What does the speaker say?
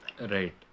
Right